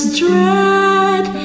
dread